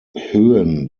höhen